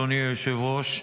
אדוני היושב-ראש,